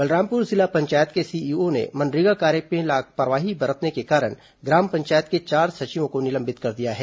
बलरामपुर जिला पंचायत के सीईओ ने मनरेगा कार्य में लापरवाही बरतने के कारण ग्राम पंचायत के चार सचिवों को निलंबित कर दिया है